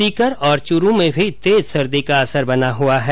सीकर और चूरू में भी तेज सर्दी का असर बना हुआ है